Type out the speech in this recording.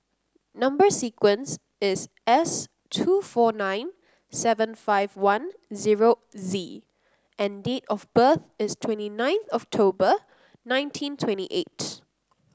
number sequence is S two four nine seven five one zero Z and date of birth is twenty nine October nineteen twenty eight